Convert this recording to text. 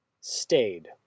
Stayed